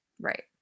Right